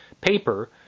paper